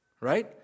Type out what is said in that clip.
right